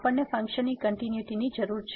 આપણને ફંક્શનની કંટીન્યુટીની જરૂર છે